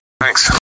Thanks